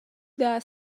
dar